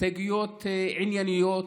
הסתייגויות ענייניות.